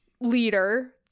leader